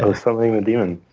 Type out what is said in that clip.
so summoning the demon.